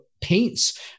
paints